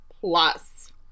plus